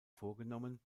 vorgenommen